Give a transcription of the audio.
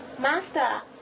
Master